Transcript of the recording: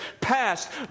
passed